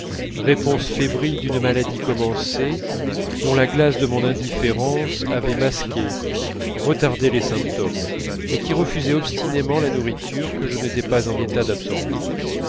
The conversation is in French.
réponse fébrile d'une maladie commencée dont la glace de mon indifférence avait masqué retardé les symptômes mais qui refusait obstinément la nourriture que je n'étais pas en état d'absorber